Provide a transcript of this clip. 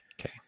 Okay